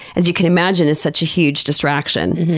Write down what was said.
as you can imagine, is such a huge distraction.